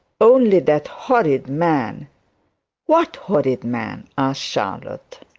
only that horrid man what horrid man asked charlotte.